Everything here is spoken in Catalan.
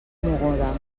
mogoda